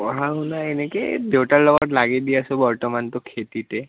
পঢ়া শুনা এনেকৈ দেউতাৰ লগত লাগি দি আছোঁ বৰ্তমানতো খেতিতে